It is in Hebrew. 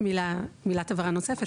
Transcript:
מילת הבהרה נוספת,